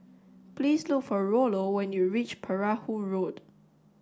please look for Rollo when you reach Perahu Road